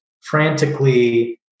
frantically